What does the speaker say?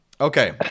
Okay